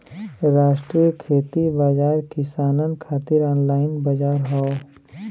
राष्ट्रीय खेती बाजार किसानन खातिर ऑनलाइन बजार हौ